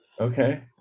Okay